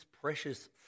precious